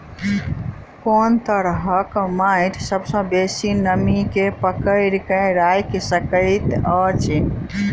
कोन तरहक माटि सबसँ बेसी नमी केँ पकड़ि केँ राखि सकैत अछि?